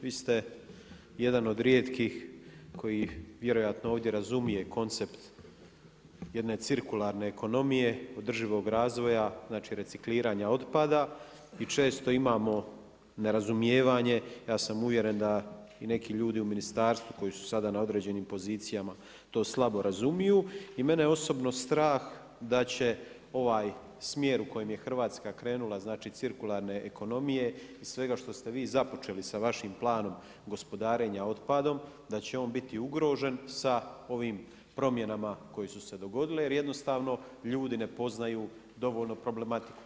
Vi ste jedan od rijetkih koji vjerojatno ovdje razumije koncept jedne cirkularne ekonomije održivog razvoja recikliranja otpada i često imamo nerazumijevanje, ja sam uvjeren da i neki ljudi u ministarstvu koji su sada na određenim pozicijama to slabo razumiju i mene osobno strah da će ovaj smjer u kojem je Hrvatska krenula znači cirkularne ekonomije i svega što ste vi započeli sa vašim planom gospodarenja otpadom, da će on biti ugrožen sa ovim promjenama koje su se dogodile jer jednostavno ljudi ne poznaju dovoljno problematiku.